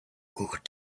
gut